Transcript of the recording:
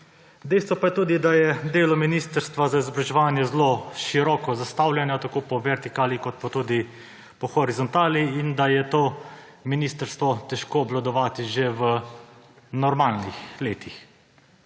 Dejstvo pa je tudi, da je delo ministrstva za izobraževanje zelo široko zastavljeno tako po vertikali kot po horizontali in da je to ministrstvo težko obvladovati že v normalnih letih.